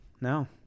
No